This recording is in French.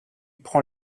prend